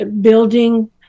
Building